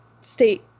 state